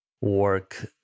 work